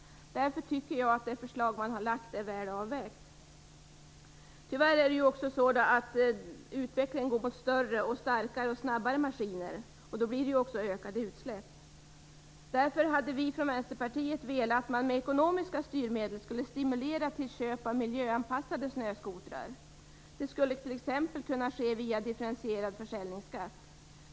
Därför tycker jag att det förslag man har lagt fram är väl avvägt. Utvecklingen går tyvärr mot allt större, starkare och snabbare maskiner, och då blir det också ökade utsläpp. Därför hade vi i Vänsterpartiet velat att man med ekonomiska styrmedel skulle stimulera till köp av miljöanpassade snöskotrar. Det skulle t.ex. kunna ske via differentierad försäljningsskatt.